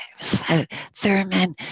Thurman